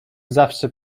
zawsze